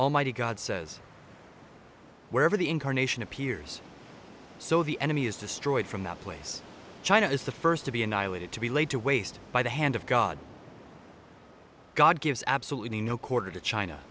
almighty god says wherever the incarnation appears so the enemy is destroyed from that place china is the first to be annihilated to be laid to waste by the hand of god god gives absolutely no quarter to china